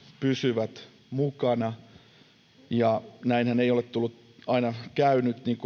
pysyvät mukana näinhän ei ole aina käynyt niin